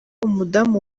umudamu